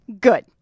Good